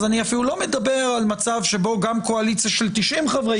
אז אני אפילו לא מדבר על מצב שבו גם קואליציה של 90 חברי